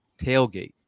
tailgate